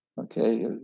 Okay